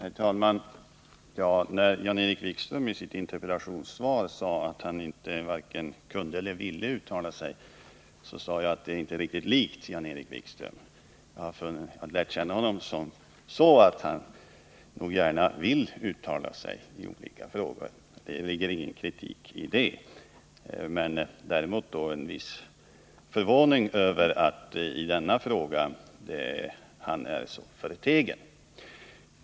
Herr talman! När Jan-Erik Wikström i sitt interpellationssvar meddelade att han varken kunde eller ville uttala sig, sade jag att det inte är riktigt likt Jan-Erik Wikström. Jag har lärt känna honom som så att han nog gärna vill uttala sig i olika frågor. Det ligger ingen kritik i det, däremot en viss förvåning över att han i denna fråga är så förtegen.